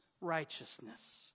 righteousness